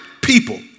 people